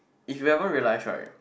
if you ever realise right